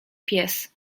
pies